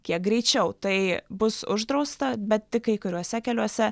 kiek greičiau tai bus uždrausta bet tik kai kuriuose keliuose